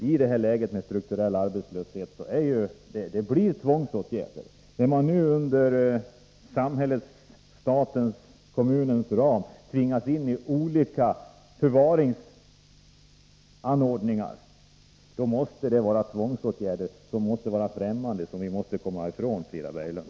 I detta läge med strukturell arbetslöshet blir det fråga om tvångsåtgärder. Att inom statens eller kommunens ram tvingas in i olika förvaringsanordningar måste kallas för tvångsåtgärder. Sådana är främmande för oss, och vi måste komma ifrån dem, Frida Berglund.